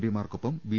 പിമാർക്കൊപ്പം B